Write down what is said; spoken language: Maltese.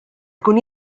ikun